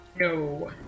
No